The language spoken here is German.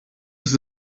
ist